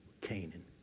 Canaan